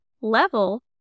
level